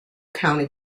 county